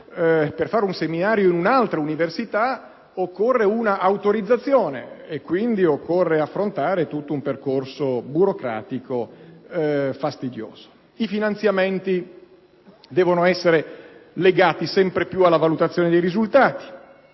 per fare un seminario in un'altra università è necessaria una autorizzazione e quindi occorre affrontare un percorso burocratico fastidioso. I finanziamenti devono essere legati sempre più alla valutazione dei risultati.